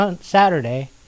Saturday